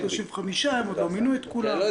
זה 35. הם עוד לא מינו את כולם.